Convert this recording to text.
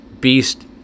beast